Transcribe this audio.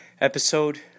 episode